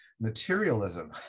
materialism